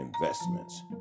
investments